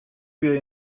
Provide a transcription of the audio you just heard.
jej